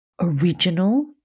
original